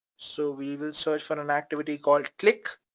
so we will search for an activity called click,